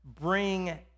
bring